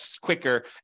quicker